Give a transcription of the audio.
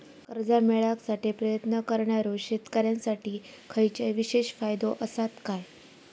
कर्जा मेळाकसाठी प्रयत्न करणारो शेतकऱ्यांसाठी खयच्या विशेष फायदो असात काय?